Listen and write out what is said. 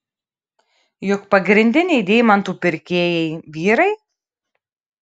juk pagrindiniai deimantų pirkėjai vyrai